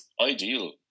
ideal